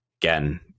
Again